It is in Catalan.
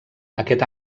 aquest